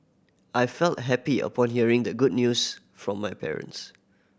I felt happy upon hearing the good news from my parents